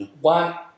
One